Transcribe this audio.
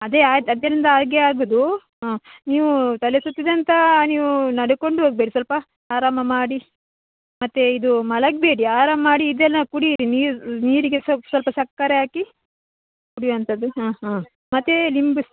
ಅದೇ ಅದು ಅದರಿಂದ ಹಾಗೇ ಆಗೋದು ಹಾಂ ನೀವು ತಲೆ ಸುತ್ತಿದೆ ಅಂತ ನೀವು ನಡಕೊಂಡು ಹೋಗ್ಬೇಡಿ ಸ್ವಲ್ಪ ಆರಾಮ ಮಾಡಿ ಮತ್ತೆ ಇದು ಮಲಗಬೇಡಿ ಆರಾಮ ಮಾಡಿ ಇದೆಲ್ಲ ಕುಡಿಯಿರಿ ನೀರು ನೀರಿಗೆ ಸ್ವಲ್ಪ ಸ್ವಲ್ಪ ಸಕ್ಕರೆ ಹಾಕಿ ಕುಡಿಯೊಂಥದ್ದು ಹಾಂ ಹಾಂ ಮತ್ತೆ ನಿಮ್ಮ ಬಿಸ್